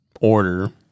order